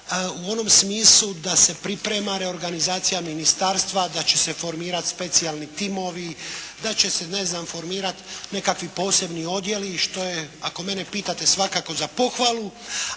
u onom smislu da se priprema reorganizacija ministarstva, da će se formirati specijalni timovi, da će se ne znam formirati nekakvi posebni odjeli što je ako mene pitate svakako za pohvalu,